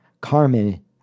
Carmen